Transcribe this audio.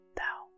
thou